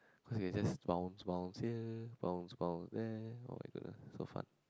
because it's just bounce bounce here bounce bounce there oh my goodness so fun